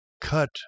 cut